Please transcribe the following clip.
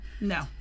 No